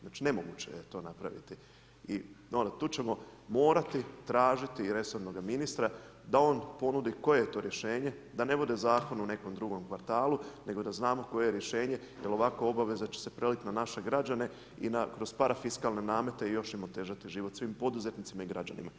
Znači, nemoguće je to napraviti i tu ćemo morati tražiti resornoga ministra da on ponudi koje je to rješenje, da ne bude zakon u nekom drugom kvartalu, nego da znamo koje je rješenje jer ovako će obaveza preliti na naše građane i kroz parafiskalne namete još ćemo otežati život svim poduzetnicima i građanima.